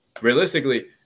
realistically